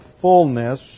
fullness